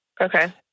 Okay